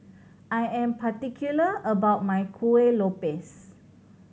I am particular about my Kuih Lopes